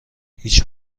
هیچ